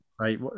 Right